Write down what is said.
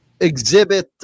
Exhibit